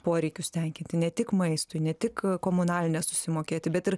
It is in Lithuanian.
poreikius tenkinti ne tik maistui ne tik komunalines susimokėti bet ir